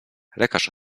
lekarz